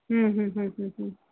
हम्म हम्म हम्म हम्म